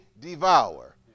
devour